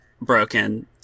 broken